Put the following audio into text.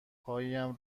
پایم